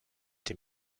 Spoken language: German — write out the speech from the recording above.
dem